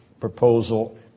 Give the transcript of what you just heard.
proposal